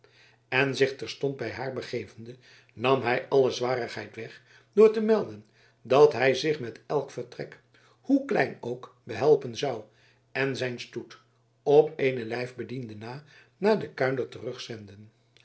en zich terstond bij haar begevende nam hij alle zwarigheid weg door te melden dat hij zich met elk vertrek hoe klein ook behelpen zou en zijn stoet op eenen lijfbediende na naar de